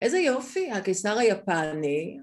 איזה יופי, הקיסר היפני.